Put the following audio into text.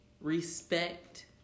respect